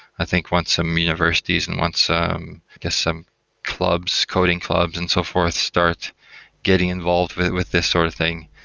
i think once some universities and once i um guess some clubs, coding clubs and so forth start getting involved with with this sort of thing,